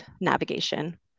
navigation